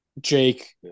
Jake